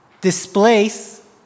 displace